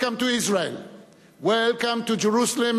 Welcome to Israel.